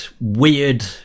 weird